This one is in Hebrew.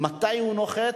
מתי הוא נוחת,